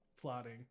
plotting